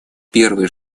первый